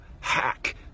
hack